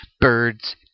Birds